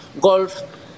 golf